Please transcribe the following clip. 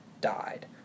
died